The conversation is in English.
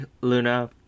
Luna